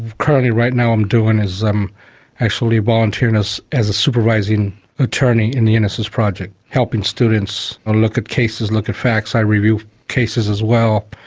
currently right now i'm doing as, actually volunteering as as a supervising attorney in the innocence project, helping students ah look at cases, look at facts. i review cases as well,